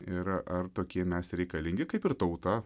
ir ar tokie mes reikalingi kaip ir tauta